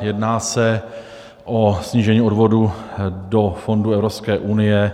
Jedná se o snížení odvodů do fondů Evropské unie,